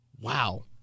wow